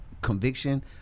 conviction